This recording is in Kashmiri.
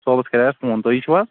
صأبس کریاو اَسہِ فون تُہی چھُو حظ